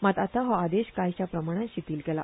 मात आता हो आदेश कांयश्या प्रमाणात शिथिल केला